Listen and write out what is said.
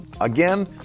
Again